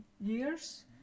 years